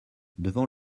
devant